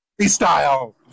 Freestyle